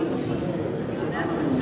הנאומים שמעתי את שמיר, כאשר אמר,